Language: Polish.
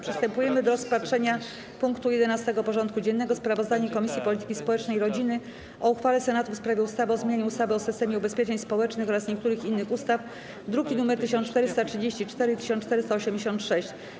Przystępujemy do rozpatrzenia punktu 11. porządku dziennego: Sprawozdanie Komisji Polityki Społecznej i Rodziny o uchwale Senatu w sprawie ustawy o zmianie ustawy o systemie ubezpieczeń społecznych oraz niektórych innych ustaw (druki nr 1434 i 1486)